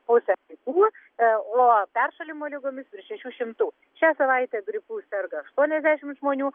pusė vaikų o peršalimo ligomis virš šešių šimtų šią savaitę gripu serga aštuoniasdešimt žmonių